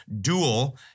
dual